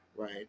Right